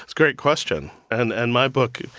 great question. and and my book,